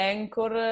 Anchor